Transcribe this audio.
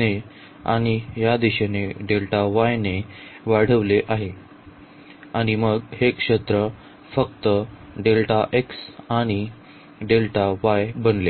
ने आणि या दिशेने Δy ने वाढवले आहे आणि मग हे क्षेत्र फक्त Δx किंवा Δy बनले